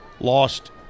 lost